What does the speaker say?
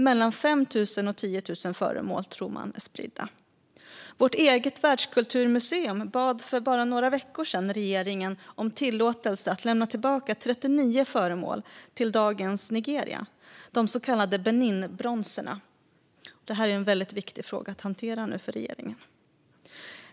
Man tror att 5 000-10 000 föremål är spridda. Vårt eget världskulturmuseum bad för bara några veckor sedan regeringen om tillåtelse att lämna tillbaka 39 föremål till dagens Nigeria, de så kallade Beninbronserna. Det är en väldigt viktig fråga för regeringen att hantera nu.